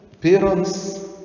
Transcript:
parents